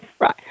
Right